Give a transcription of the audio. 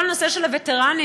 כל הנושא של הווטרנים,